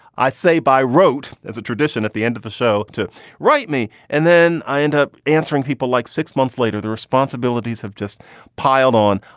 i'd say by rote as a tradition at the end of the show to write me and then i end up answering people like six months later, the responsibilities have just piled on.